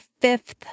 fifth